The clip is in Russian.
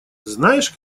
знаешь